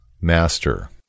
Master